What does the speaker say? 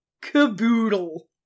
caboodle